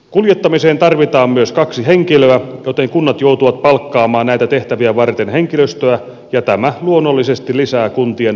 kuljettamiseen tarvitaan myös kaksi henkilöä joten kunnat joutuvat palkkaamaan näitä tehtäviä varten henkilöstöä ja tämä luonnollisesti lisää kuntien palkkausmenoja